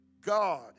God